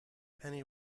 penny